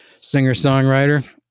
singer-songwriter